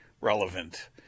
relevant